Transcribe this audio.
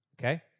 Okay